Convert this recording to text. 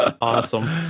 Awesome